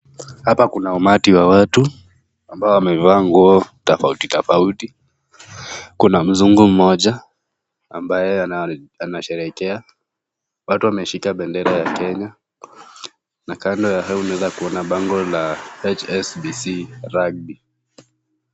Hapa kuna umati wa watu ambao wamevaa nguo tofauti tofauti. Kuna mzungu mmoja ambaye anasherehekea. Watu wameshika bendera ya Kenya na kando ya hao unaweza kuona bango la HSBC Rugby .